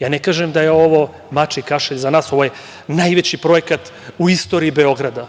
Na kažem da je ovo mačiji kašalj za nas, ovo je najveći projekat u istoriji Beograda.